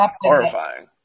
horrifying